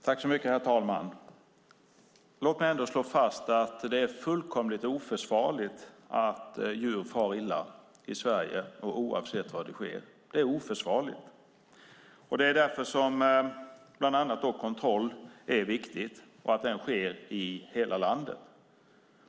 Herr talman! Låt mig slå fast att det är fullkomligt oförsvarligt att djur far illa i Sverige, oavsett var det sker. Det är oförsvarligt. Därför är det viktigt med bland annat kontroll och viktigt att det sker i hela landet.